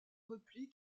repli